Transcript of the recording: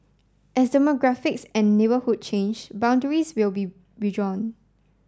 as demographics and neighbourhood change boundaries will be be redrawn